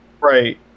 right